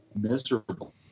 miserable